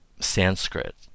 Sanskrit